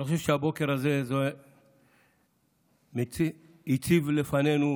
אני חושב שהבוקר הזה הציב לפנינו